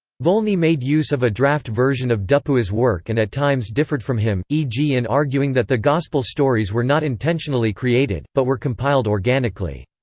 volney made use of a draft version of dupuis' work and at times differed from him, e g. in arguing that the gospel stories were not intentionally created, but were compiled organically.